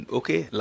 okay